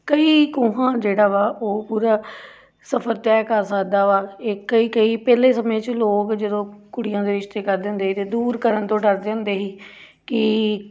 ਕਈ ਕੋਹਾਂ ਜਿਹੜਾ ਵਾ ਉਹ ਪੂਰਾ ਸਫ਼ਰ ਤੈਅ ਕਰ ਸਕਦਾ ਵਾ ਇਹ ਕਈ ਕਈ ਪਹਿਲੇ ਸਮੇਂ 'ਚ ਲੋਕ ਜਦੋਂ ਕੁੜੀਆਂ ਦੇ ਰਿਸ਼ਤੇ ਕਰਦੇ ਹੁੰਦੇ ਸੀ ਤਾਂ ਦੂਰ ਕਰਨ ਤੋਂ ਡਰਦੇ ਹੁੰਦੇ ਸੀ ਕਿ